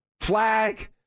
flag